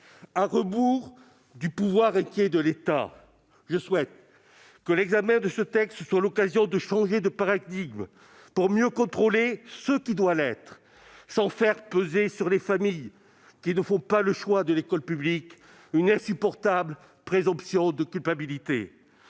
à rebours du « pouvoir inquiet de l'État », je souhaite que l'examen de ce texte soit l'occasion de changer de paradigme pour mieux contrôler ce qui doit l'être, sans faire peser sur les familles qui ne font pas le choix de l'école publique une insupportable présomption de culpabilité.